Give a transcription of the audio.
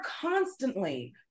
constantly